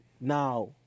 now